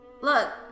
Look